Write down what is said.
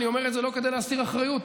אני אומר את זה לא כדי להסיר אחריות,